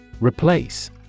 Replace